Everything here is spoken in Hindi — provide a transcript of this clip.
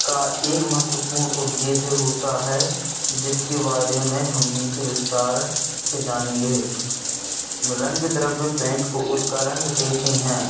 का एक महत्वपूर्ण उद्देश्य होता है जिसके बारे में हम नीचे विस्तार से जानेंगे म रंग द्रव्य पेंट को उसका रंग देती हैं